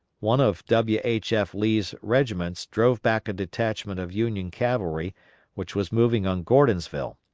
one of w. h. f. lee's regiments drove back a detachment of union cavalry which was moving on gordonsville,